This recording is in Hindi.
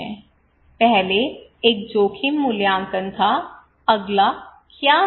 पहले एक जोखिम मूल्यांकन था अगला क्या है